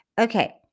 Okay